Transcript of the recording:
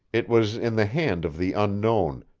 it was in the hand of the unknown,